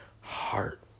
heart